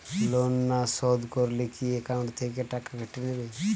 Loan না শোধ করলে কি একাউন্ট থেকে টাকা কেটে নেবে?